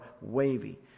wavy